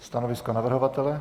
Stanovisko navrhovatele?